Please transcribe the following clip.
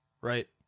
Right